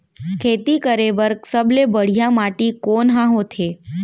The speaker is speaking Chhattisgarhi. खेती करे बर सबले बढ़िया माटी कोन हा होथे?